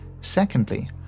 Secondly